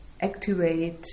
activate